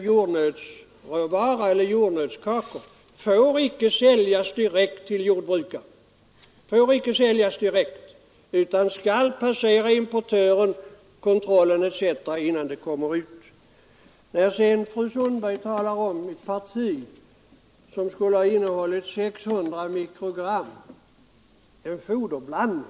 Jordnötskakor får dessutom inte säljas direkt till jordbrukare utan skall passera importör, kontroll etc. innan de går ut på marknaden. Fru Sundberg talade om en foderblandning som skulle ha innehållit 600 mikrogram per kg.